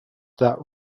that